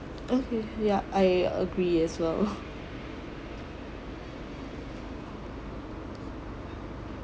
okay yeah I agree as well